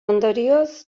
ondorioz